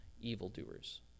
evildoers